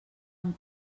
amb